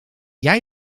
jij